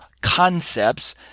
concepts